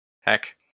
Heck